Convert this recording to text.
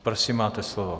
Prosím, máte slovo.